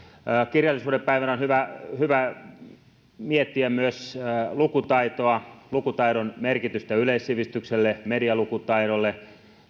kirjallisuuden päivänä on hyvä hyvä miettiä myös lukutaitoa lukutaidon merkitystä yleissivistykselle medialukutaidolle